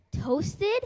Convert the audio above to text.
Toasted